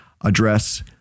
address